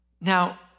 Now